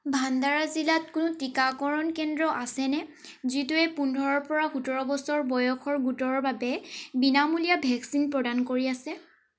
ভাণ্ডাৰা জিলাত কোনো টীকাকৰণ কেন্দ্ৰ আছেনে যিটোৱে পোন্ধৰৰ পৰা সোতৰ বছৰ বয়সৰ গোটৰ বাবে বিনামূলীয়া ভেকচিন প্ৰদান কৰি আছে